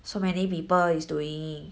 so many people is doing